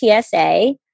TSA